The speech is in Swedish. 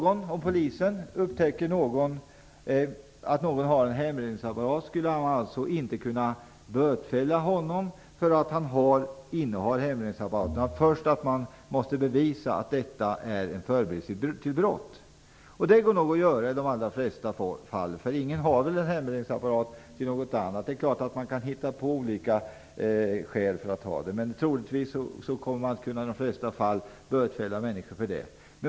Om polisen upptäcker att någon har en hembränningsapparat skulle denne inte kunna bötfällas för innehavet. Först måste man bevisa att det innebär förberedelse till brott. Det går nog att göra i de allra flesta fall. Ingen har väl en hembränningsapparat för något annat ändamål. Det är klart att man kan hitta på olika skäl. I de flesta fall kan man troligtvis bötfällas.